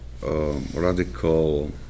radical